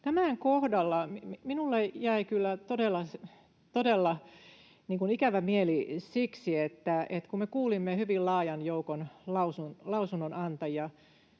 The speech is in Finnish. tämän kohdalla minulle jäi kyllä todella ikävä mieli siksi, että kun me kuulimme hyvin laajan joukon lausunnonantajia